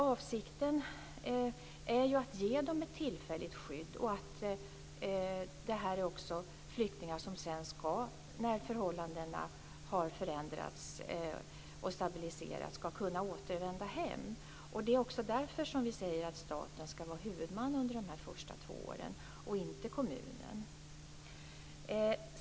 Avsikten är att ge dem ett tillfälligt skydd. Det handlar ju om flyktingar som, när förhållandena har förändrats och stabiliserats, ska kunna återvända. Det är därför som vi säger att staten ska vara huvudman under de första två åren och inte kommunen.